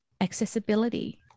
accessibility